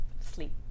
sleep